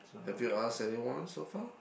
have you ask anyone so far